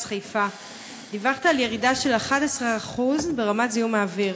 חיפה דיווחת על ירידה של 11% ברמת זיהום האוויר.